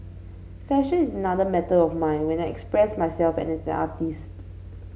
fashion is another method of mine when I express myself as an artist